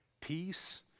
Peace